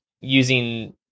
using